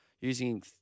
using